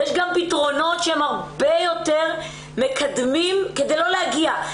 יש גם פתרונות שהם הרבה יותר מקדמים כדי לא להגיע לקצה.